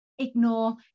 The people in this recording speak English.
Ignore